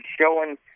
showing